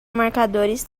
marcadores